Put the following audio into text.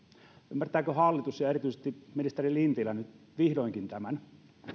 ymmärtääkö hallitus ja erityisesti ministeri lintilä nyt vihdoinkin tämän